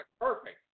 Perfect